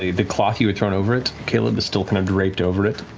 the the cloth you had thrown over it, caleb, is still kind of draped over it.